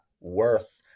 worth